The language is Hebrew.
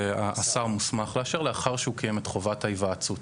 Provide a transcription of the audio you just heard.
השר מוסמך לאשר לאחר שהוא קיים את חובת ההיוועצות.